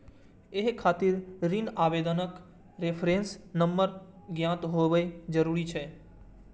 एहि खातिर ऋण आवेदनक रेफरेंस नंबर ज्ञात होयब जरूरी छै